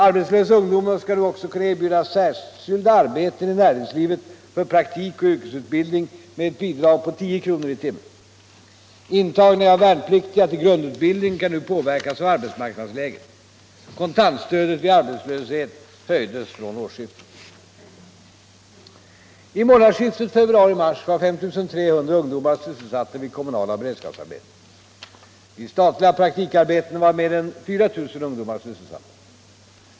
Arbetslösa ungdomar skall nu-också kunna erbjudas särskilda arbeten i näringslivet för praktik och yrkesutbildning med ett bidrag på 10 kr. i timmen. Intagningen av värnpliktiga till grundutbildningen kan nu påverkas av arbetsmarknadsläget. Kontantstödet vid arbetslöshet höjdes från årsskiftet. I månadsskiftet februari/mars var 5 300 ungdomar sysselsatta vid kommunala beredskapsarbeten. Vid statliga praktikarbeten var mer än 4 000 ungdomar sysselsatta.